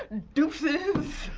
deuces,